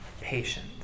Patient